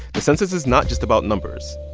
the census is not just about numbers.